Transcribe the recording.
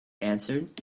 answered